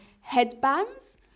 headbands